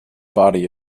body